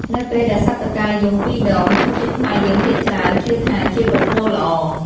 នៅពេលដែលសត្វតុកែយំពីរដង ជនជាតិខ្មែរយើងភាគច្រើនជឿថាជាប្រផ្នូលល្អ។